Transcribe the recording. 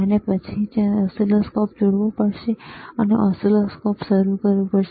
અને પછી તેણે ઓસિલોસ્કોપને જોડવું પડશે તેણે ઓસિલોસ્કોપ શરૂ કરવું પડશે